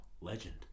Legend